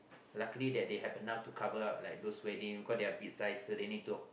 luckily that they have enough to cover up like those wedding cause they are big sized so they need to